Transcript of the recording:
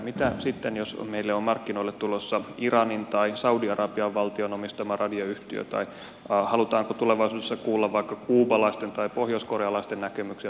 mitä sitten jos meille on markkinoille tulossa iranin tai saudi arabian valtion omistama radioyhtiö tai halutaanko tulevaisuudessa kuulla vaikka kuubalaisten tai pohjoiskorealaisten näkemyksiä suomalaisilla radiotaajuuksilla